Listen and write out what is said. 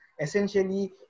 Essentially